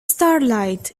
starlight